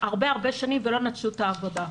עתה והן לא נטשו את העבודה.